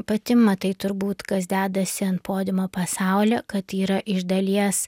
pati matai turbūt kas dedasi ant podiumo pasaulio kad yra iš dalies